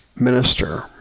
minister